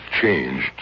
changed